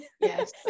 yes